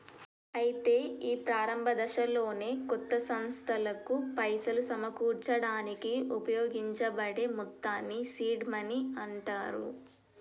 అయితే ఈ ప్రారంభ దశలోనే కొత్త సంస్థలకు పైసలు సమకూర్చడానికి ఉపయోగించబడే మొత్తాన్ని సీడ్ మనీ అంటారు